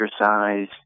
exercise